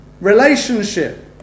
relationship